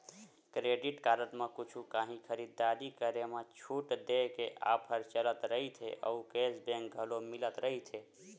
credit card म कुछु काही खरीददारी करे म छूट देय के ऑफर चलत रहिथे अउ केस बेंक घलो मिलत रहिथे